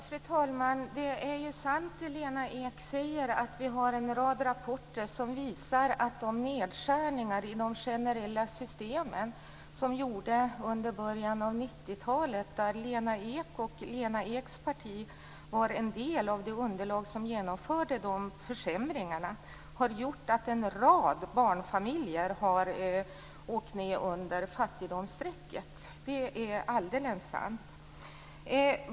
Fru talman! Det är ju sant som Lena Ek säger att vi har en rad rapporter som visar att de nedskärningar i de generella systemen som gjordes under början av 90-talet har medverkat till att en rad barnfamiljer har åkt ned under fattigdomsstrecket. Lena Ek och Lena Eks parti var en del av det underlag som genomförde de försämringarna. Det är alldeles sant.